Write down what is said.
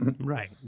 right